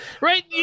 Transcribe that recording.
Right